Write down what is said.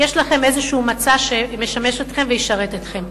יש לכם איזה מצע שישמש אתכם וישרת אתכם.